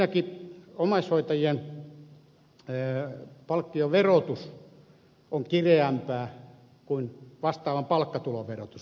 ensinnäkin omaishoitajien palkkion verotus on kireämpää kuin vastaavan palkkatulon verotus